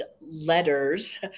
letters